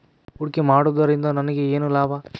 ಹೂಡಿಕೆ ಮಾಡುವುದರಿಂದ ನನಗೇನು ಲಾಭ?